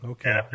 Okay